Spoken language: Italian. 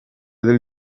del